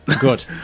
Good